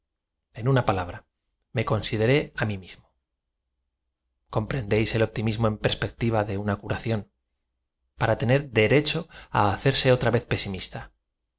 ea una palabra me coosideré a mi mlamo comprendéis el optimismo en perspectiva de una curación para tener dertcho á hacerse otra vez pesimista